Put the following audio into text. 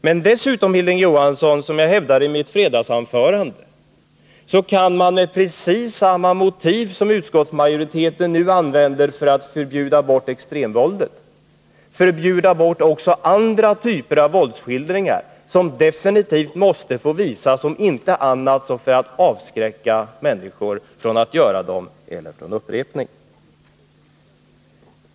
Men dessutom, Hilding Johansson, kan man — som jag hävdade i mitt fredagsanförande — med precis samma motiv som utskottsmajoriteten nu använder för att förbjuda extremvåldet förbjuda också andra typer av våldsskildringar, som absolut måste få visas, om inte annat så för att avskräcka människor från en upprepning.